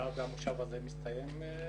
המושב הזה מסתיים.